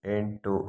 ಎಂಟು